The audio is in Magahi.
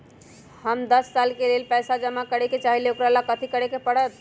हम दस साल के लेल पैसा जमा करे के चाहईले, ओकरा ला कथि करे के परत?